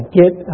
get